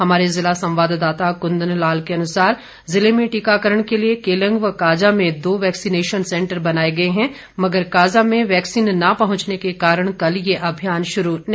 हमारे जिला संवाद्दाता कुंदन लाल के अनुसार जिले में टीकाकरण के लिए केलंग व काजा में दो वैक्सीनेशन सेंटर बनाए गए हैं मगर काजा में वैक्सीन न पहुंचने के कारण कल ये अभियान शुरू नहीं किया जा सकेगा